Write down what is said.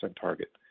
target